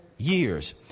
Years